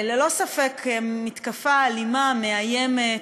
ללא ספק מתקפה אלימה, מאיימת,